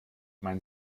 man